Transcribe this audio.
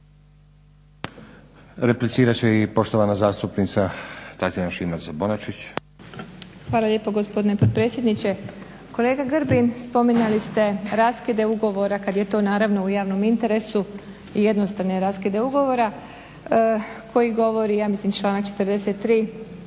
Replicirat će i poštovana zastupnica Tatjana Šimac-Bonačinć. **Šimac Bonačić, Tatjana (SDP)** Hvala lijepo gospodine potpredsjedniče. Kolega Grbin spominjali ste raskide ugovora kad je to naravno u javnom interesu i jednostavne raskide ugovora koji govori, ja mislim članak 43.